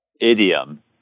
idiom